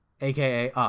aka